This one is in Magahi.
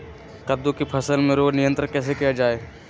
कददु की फसल में रोग नियंत्रण कैसे किया जाए?